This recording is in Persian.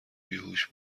بیهوش